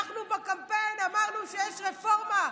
אנחנו בקמפיין אמרנו שיש רפורמה,